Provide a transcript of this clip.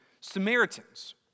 Samaritans